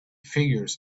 figures